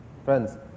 Friends